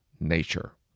nature